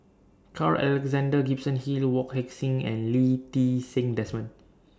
Carl Alexander Gibson Hill Wong Heck Sing and Lee Ti Seng Desmond